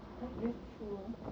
that's true ah